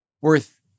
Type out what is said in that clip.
worth